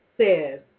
says